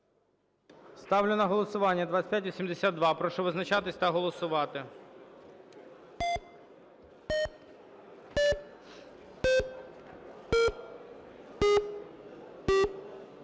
Ставлю на голосування 2596. Прошу визначатись та голосувати.